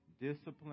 discipline